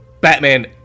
Batman